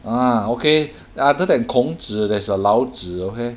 ah okay other than 孔子 there's a 老子 okay